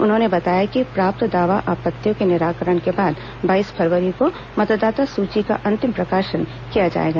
उन्होंने बताया कि प्राप्त दावा आपत्तियों के निराकरण के बाद बाईस फरवरी को मतदाता सूची का अंतिम प्रकाशन किया जाएगा